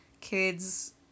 kids